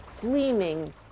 gleaming